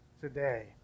today